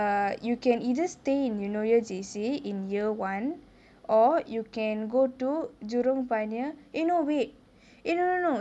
err you can either stay in eunoia J_C in year one or you can go to jurong pioneer err no wait eh no no no